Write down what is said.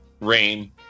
rain